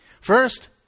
First